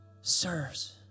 sirs